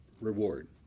reward